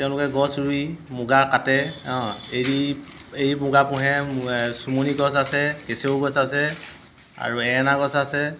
তেওঁলোকে গছ ৰুই মুগা কাটে অঁ এৰী এৰী মুগা পোহে চোমনি গছ আছে কেচেৰু গছ আছে আৰু এৰেনা গছ আছে